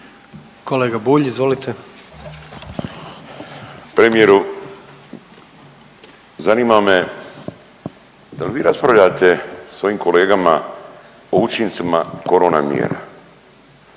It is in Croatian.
**Bulj, Miro (MOST)** Premijeru, zanima me je li vi raspravljate sa svojim kolegama o učincima korona mjera?